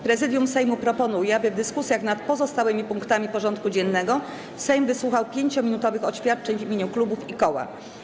Prezydium Sejmu proponuje, aby w dyskusjach nad pozostałymi punktami porządku dziennego Sejm wysłuchał 5-minutowych oświadczeń w imieniu klubów i koła.